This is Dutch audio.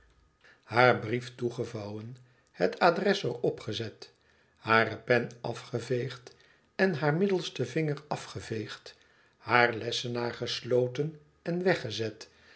haar brief toegevouwen het adres er opgezet hare pen afgeveegd en haar mtddelsten vinger afgeveegd haar lessenaar gesloten en weggezet